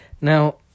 now